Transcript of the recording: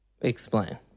explain